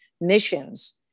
missions